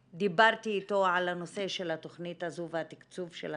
ודיברתי איתו על הנושא של התכנית הזו והתקצוב של התכנית,